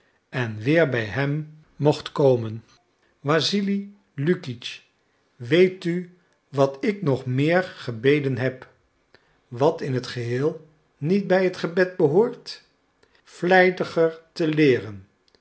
en weer bij hem mocht komen wassili lukitsch weet u wat ik nog meer gebeden heb wat in t geheel niet bij het gebed behoort vlijtiger te leeren